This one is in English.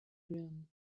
groom